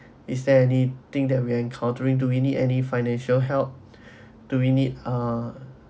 is there any thing that we're encountering do we need any financial help do we need ah